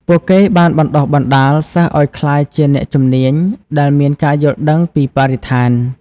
ពួកគេបានបណ្តុះបណ្តាលសិស្សឱ្យក្លាយជាអ្នកជំនាញដែលមានការយល់ដឹងពីបរិស្ថាន។